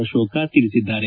ಆಶೋಕ್ ತಿಳಿಸಿದ್ದಾರೆ